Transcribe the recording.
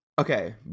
Okay